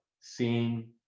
seeing